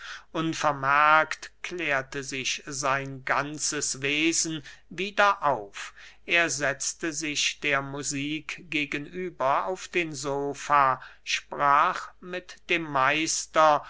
unvermerkt klärte sich sein ganzes wesen wieder auf er setzte sich der musik gegenüber auf den sofa sprach mit dem meister